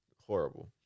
horrible